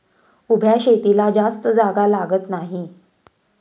उभ्या शेतीला जास्त जागा लागत नाही